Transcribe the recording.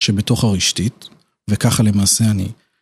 שבתוך הרשתית, וככה למעשה אני.